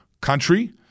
country